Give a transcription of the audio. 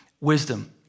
wisdom